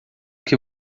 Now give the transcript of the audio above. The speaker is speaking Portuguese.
que